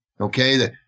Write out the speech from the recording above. okay